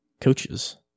coaches